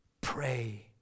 Pray